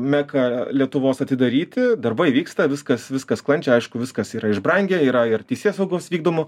meką lietuvos atidaryti darbai vyksta viskas viskas sklandžiai aišku viskas yra išbrangę yra ir teisėsaugos vykdomų